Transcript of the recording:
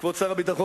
כבוד שר הביטחון,